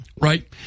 right